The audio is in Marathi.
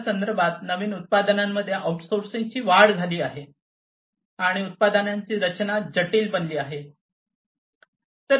च्या संदर्भात नवीन उत्पादनांमध्ये आउटसोर्सिंगची वाढ झाली आणि उत्पादनांची रचना जटिल बनली आहे